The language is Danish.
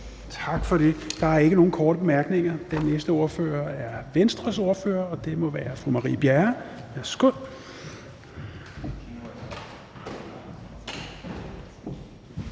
Tak for det. Der er ikke nogen korte bemærkninger. Den næste ordfører er Venstres ordfører, og det må være fru Marie Bjerre. Værsgo.